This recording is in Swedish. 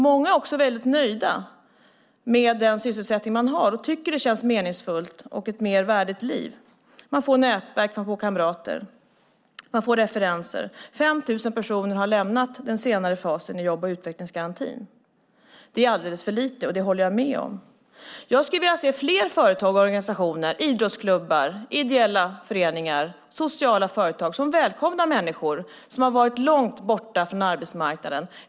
Många är också väldigt nöjda med den sysselsättning de har och tycker att det känns meningsfullt och att de har ett mer värdigt liv. De får nätverk. De får kamrater. De får referenser. 5 000 personer har lämnat den senare fasen i jobb och utvecklingsgarantin. Det är alldeles för lite. Det håller jag med om. Jag skulle vilja se fler företag, organisationer, idrottsklubbar, ideella föreningar och sociala företag som välkomnar människor som har varit långt borta från arbetsmarknaden.